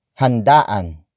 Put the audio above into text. Handa'an